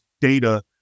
data